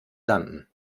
landen